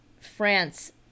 France